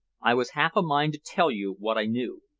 i was half a mind to tell you what i knew.